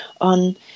on